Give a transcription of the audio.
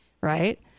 right